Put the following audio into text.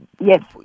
Yes